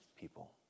people